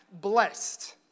blessed